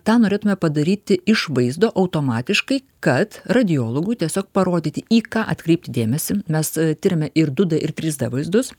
tą norėtume padaryti iš vaizdo automatiškai kad radiologui tiesiog parodyti į ką atkreipti dėmesį mes tiriame ir du d ir trys d vaizdus